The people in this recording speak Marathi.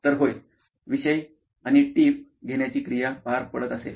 तर होय विषय आणि टीप घेण्याची क्रिया पार पडत असेल